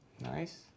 nice